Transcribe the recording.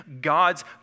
God's